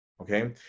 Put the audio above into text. okay